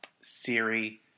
Siri